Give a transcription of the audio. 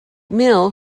mill